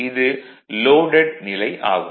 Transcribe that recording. இது லோடட் நிலை ஆகும்